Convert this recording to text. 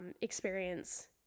experience